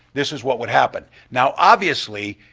this is what would happen. now, obviously,